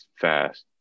fast